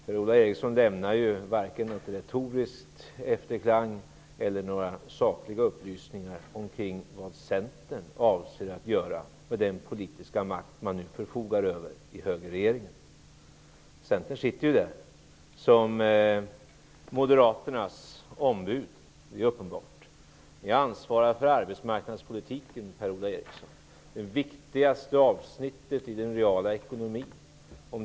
Per Ola Eriksson lämnar varken någon retorisk efterklang eller några sakliga upplysningar när det gäller vad Centern avser att göra med den politiska makt som man nu förfogar över i högerregeringen. Centern sitter ju med där som moderaternas ombud. Det är uppenbart. Ni ansvarar för arbetsmarknadspolitiken, Per-Ola Eriksson, som är det viktigaste avsnittet i den reala ekonomin.